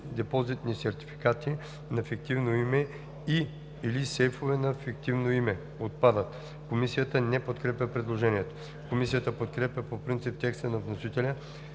депозитни сертификати на фиктивно име“ и „или сейфове на фиктивно име“ – отпадат.“ Комисията не подкрепя предложението. Комисията подкрепя по принцип текста на вносителя